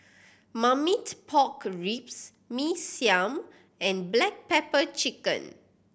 Marmite Pork Ribs Mee Siam and black pepper chicken